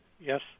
Yes